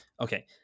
Okay